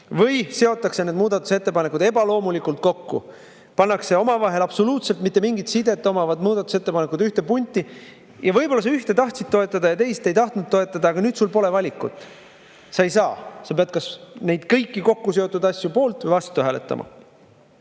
või seotakse need muudatusettepanekud ebaloomulikult kokku. Pannakse omavahel absoluutselt mitte mingit sidet omavad muudatusettepanekud ühte punti. Võib-olla sa ühte tahtsid toetada ja teist ei tahtnud toetada, aga nüüd sul pole valikut. Sa pead nende kõigi kokkuseotud asjade poolt või vastu hääletama.